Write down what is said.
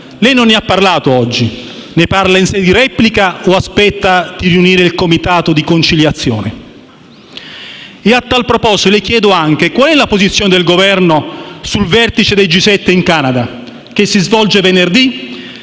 Lei non ne ha parlato oggi. Ne parla in sede di replica o aspetta di riunire il comitato di conciliazione? A tale proposito, le chiedo anche: qual è la posizione del Governo sul vertice dei G7 in Canada che si svolge venerdì,